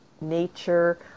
nature